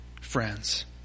friends